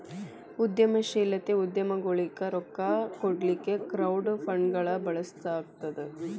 ಉದ್ಯಮಶೇಲತೆ ಉದ್ಯಮಗೊಳಿಗೆ ರೊಕ್ಕಾ ಕೊಡ್ಲಿಕ್ಕೆ ಕ್ರೌಡ್ ಫಂಡ್ಗಳನ್ನ ಬಳಸ್ಲಾಗ್ತದ